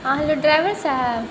हाँ hello driver साहब